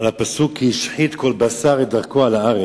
על הפסוק "כי השחית כל בשר את דרכו על הארץ"